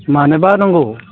मानोबा नांगौ